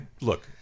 look